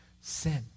sin